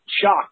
shocked